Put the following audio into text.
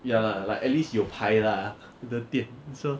ya lah like at least 有牌啦的店 so